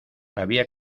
había